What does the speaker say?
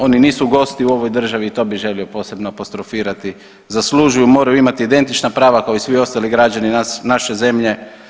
Oni nisu gosti u ovoj državi i to bi želio posebno apostrofirati, zaslužuju i moraju imati identična prava kao i svi ostali građani naše zemlje.